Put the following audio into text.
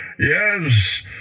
Yes